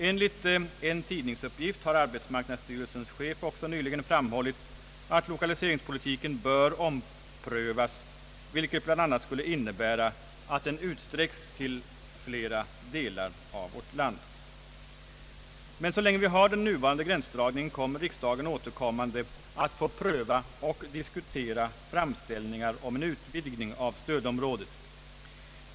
Enligt en tidningsuppgift har arbetsmarknadsstyrelsens chef också nyligen framhållit att lokaliseringspolitiken bör omprövas, vilket bl.a. skulle innebära att den utsträckes till flera delar av vårt land. Men så länge vi har den nuvarande gränsdragningen får riksdagen återkommande pröva och diskutera framställningar om en utvidgning av stödområdet.